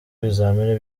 ibizamini